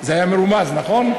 זה היה מרומז, נכון?